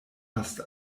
fast